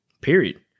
period